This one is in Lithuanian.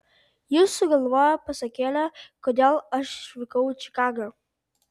jis sugalvojo pasakėlę kodėl aš išvykau į čikagą